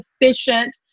efficient